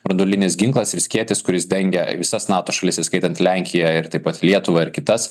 branduolinis ginklas ir skėtis kuris dengia visas nato šalis įskaitant lenkiją ir taip pat lietuvą ir kitas